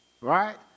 right